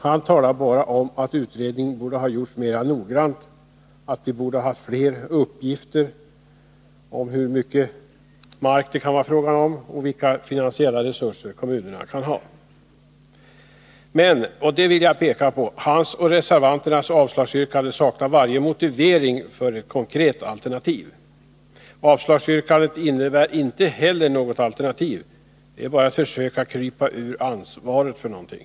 Han talar bara om att utredningen borde ha gjorts mer noggrant, att vi borde ha fler uppgifter om hur mycket mark det kan vara fråga om och vilka finansiella resurser kommunerna kan ha. Men — och det vill jag peka på — hans och reservanternas avslagsyrkande saknar varje motivering för ett konkret alternativ. Avslagsyrkandet innebär inte heller något alternativ — det är bara ett försök att krypa ur ansvaret för någonting.